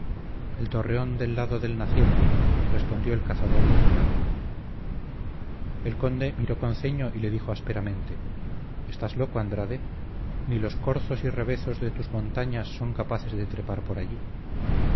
el torreón del lado del naciente respondió el cazador muy ufano el conde miró con ceño y le dijo ásperamente estás loco andrade ni los corzos y rebezos de tus montañas son capaces de trepar por allí